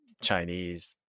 Chinese